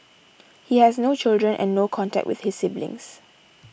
he has no children and no contact with his siblings